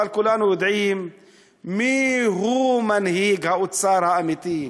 כולנו יודעים מיהו מנהיג האוצר האמיתי,